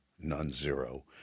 non-zero